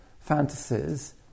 fantasies